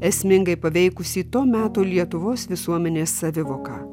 esmingai paveikusi to meto lietuvos visuomenės savivoką